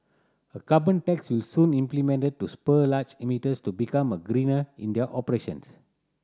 a carbon tax will soon implemented to spur large emitters to become a greener in their operations